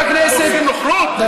נוכלות,